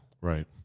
Right